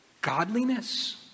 godliness